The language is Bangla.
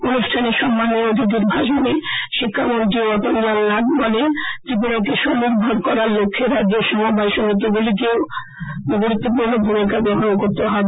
অনুষ্ঠানে সম্মানীয় অতিথির ভাষণে শিক্ষামন্ত্রী রতনলাল নাখ বলেন ত্রিপুরাকে স্বনির্ভর করার লক্ষ্যে রাজ্যের সমবায় সমিতিগুলিকেও গুরুত্বপূর্ণ ভূমিকা গ্রহণ করতে হবে